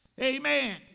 Amen